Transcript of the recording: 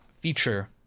feature